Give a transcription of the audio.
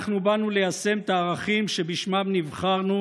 אנחנו באנו ליישם את הערכים שבשמם נבחרנו